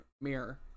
mirror